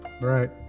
Right